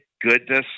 goodness